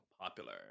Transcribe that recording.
popular